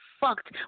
fucked